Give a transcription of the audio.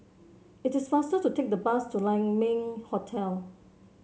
it is faster to take the bus to Lai Ming Hotel